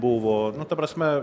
buvo nu ta prasme